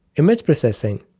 image processing,